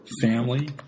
family